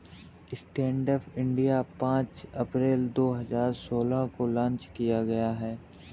stand up India पांच अप्रैल दो हजार सोलह को लॉन्च किया गया